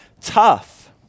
tough